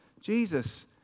Jesus